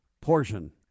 portion